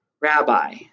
Rabbi